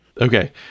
Okay